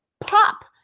pop